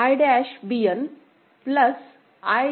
DB I'